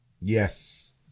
Yes